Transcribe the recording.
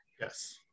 yes